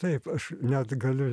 taip aš net galiu